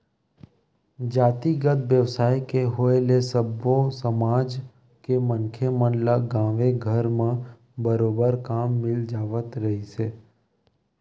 जातिगत बेवसाय के होय ले सब्बो समाज के मनखे मन ल गाँवे घर म बरोबर काम मिल जावत रिहिस हे